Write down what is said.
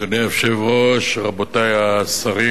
אדוני היושב-ראש, רבותי השרים,